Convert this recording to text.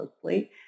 closely